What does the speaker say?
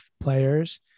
players